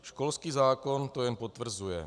Školský zákon to jen potvrzuje.